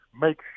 make